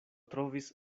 trovis